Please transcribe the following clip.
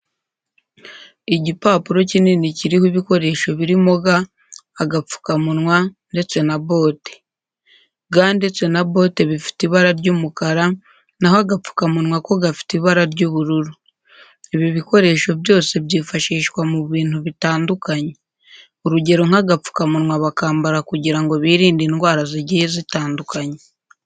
Igipapuro kinini kiriho ibikoresho birimo ga, agapfukamunwa ndetse na bote. Ga ndetse na bote bifite ibara ry'umukara, naho agapfukamunwa ko gafite ibara ry'ubururu. Ibi bikoresho byose byifashishwa mu bintu bitandukanye. Urugero nk'agapfukamunwa bakambara kugira ngo birinde indwara zigiye zitandukanye.